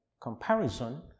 comparison